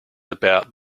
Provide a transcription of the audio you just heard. about